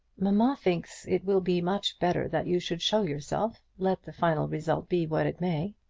mamma thinks it will be much better that you should show yourself, let the final result be what it may.